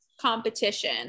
competition